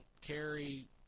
carry